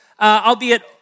albeit